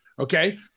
Okay